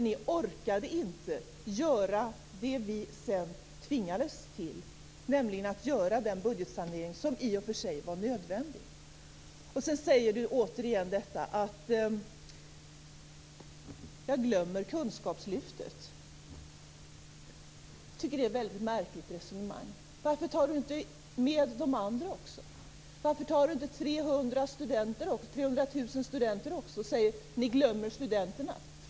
Ni orkade inte göra det som vi sedan tvingades till, nämligen genomföra den budgetsanering som i och för sig var nödvändig. Sedan säger Per Unckel återigen att jag glömmer kunskapslyftet. Jag tycker att det är ett väldigt märkligt resonemang. Varför tar inte Per Unckel med de andra också? Varför tar han inte med de 300 000 studenterna och säger: Ni glömmer studenterna?